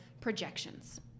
projections